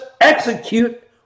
execute